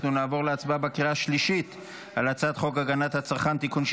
אנחנו נעבור להצבעה בקריאה השלישית על הצעת חוק הגנת הצרכן (תיקון מס'